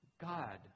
God